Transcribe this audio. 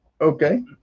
Okay